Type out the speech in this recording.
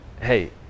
hey